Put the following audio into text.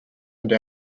and